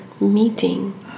meeting